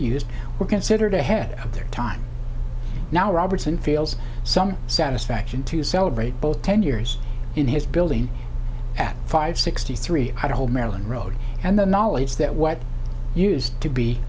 used were considered ahead of their time now robertson feels some satisfaction to celebrate both ten years in his building at five sixty three how to hold maryland road and the knowledge that what used to be